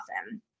often